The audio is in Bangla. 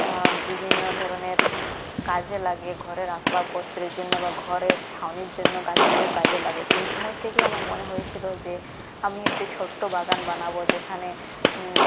বিভিন্ন ধরনের কাজে লাগে ঘরের আসবাবপত্রের জন্য বা ঘরের ছাউনির জন্যও গাছগুলো কাজে লাগে সেই সময় থেকেই আমার মনে হয়েছিল যে আমি একটি ছোট্ট বাগান বানাব যেখানে